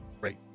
great